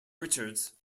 richards